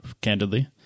candidly